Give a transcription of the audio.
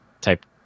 type